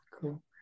cool